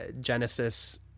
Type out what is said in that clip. Genesis